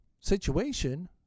situation